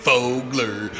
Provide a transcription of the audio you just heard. Fogler